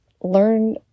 learn